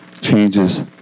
changes